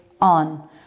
on